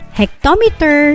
hectometer